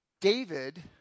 David